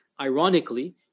ironically